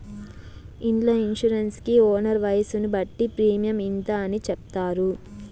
ఇండ్ల ఇన్సూరెన్స్ కి ఓనర్ వయసును బట్టి ప్రీమియం ఇంత అని చెప్తారు